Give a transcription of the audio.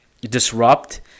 disrupt